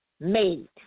made